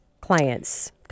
clients